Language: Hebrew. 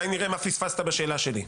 אולי נראה מה פספסת בשאלה שלי.